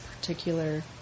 particular